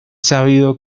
sabido